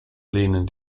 lehnen